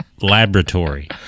laboratory